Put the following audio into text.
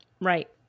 Right